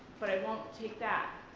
but i won't take that.